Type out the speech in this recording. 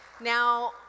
Now